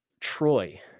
Troy